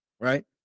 right